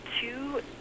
two